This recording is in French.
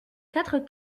quatre